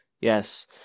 yes